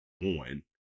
one